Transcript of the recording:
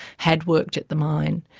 had worked at the mine,